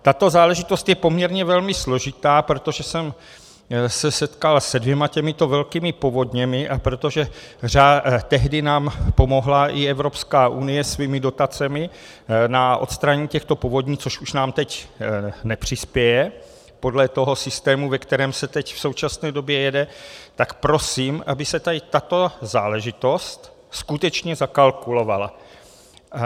Tato záležitost je poměrně velmi složitá, protože jsem se setkal s dvěma těmito velkými povodněmi, a protože tehdy nám pomohla i Evropská unie svými dotacemi na odstranění těchto povodní, na což nám už nepřispěje podle toho systému, ve kterém se teď, v současné době, jede, tak prosím, aby se tady tato záležitost skutečně zakalkulovala.